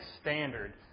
standard